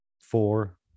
Four